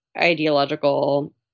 ideological